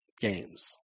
games